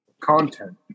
content